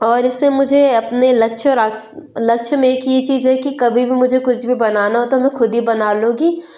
और इससे मुझे अपने लक्ष्य और आच लक्ष्य में एक ये चीज है कि कभी भी भी मुझे कुछ भी बनाना हो तो मैं खुद ही बना लूँगी